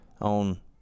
on